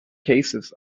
cases